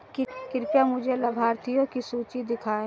कृपया मुझे लाभार्थियों की सूची दिखाइए